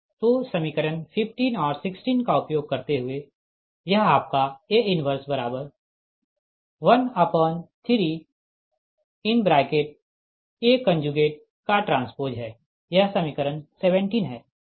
तो समीकरण 15 और 16 का उपयोग करते हुए यह आपका A 113AT है यह समीकरण 17 है